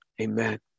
Amen